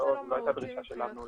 זו לא הייתה דרישה שלנו.